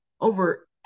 over